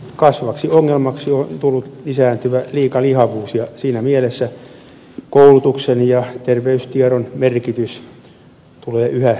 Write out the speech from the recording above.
kasvavaksi ongelmaksi on tullut lisääntyvä liikalihavuus ja siinä mielessä koulutuksen ja terveystiedon merkitys tulee yhä tärkeämmäksi